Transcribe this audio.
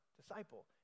disciple